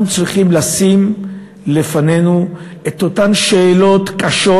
אנחנו צריכים לשים לפנינו את אותן שאלות קשות,